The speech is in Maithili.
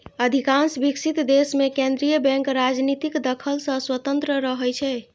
अधिकांश विकसित देश मे केंद्रीय बैंक राजनीतिक दखल सं स्वतंत्र रहै छै